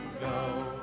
go